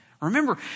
Remember